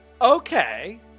Okay